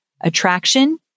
attraction